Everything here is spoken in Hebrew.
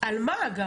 על מה?